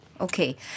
Okay